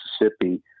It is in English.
Mississippi